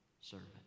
servant